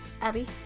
Abby